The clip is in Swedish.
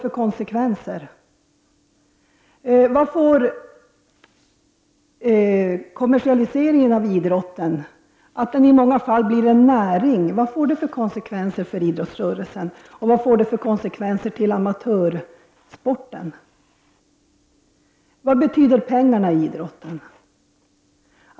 Vilka konsekvenser får kommersialiseringen av idrotten för idrottsrörelsen och att den i många fall blir en näring, och vilka konsekvenser får det för amatörsporten? Vad betyder pengarna i idrotten?